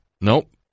Nope